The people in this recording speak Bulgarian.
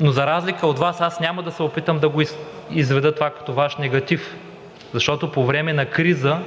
но за разлика от Вас, аз няма да се опитам да го изведа това като Ваш негатив, защото по време на криза